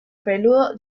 peludo